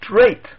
straight